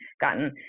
gotten